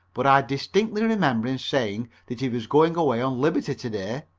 but i distinctly remember him saying that he was going away on liberty to-day.